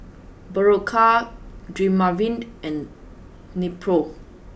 Berocca Dermaveen and Nepro